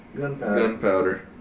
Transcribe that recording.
gunpowder